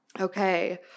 Okay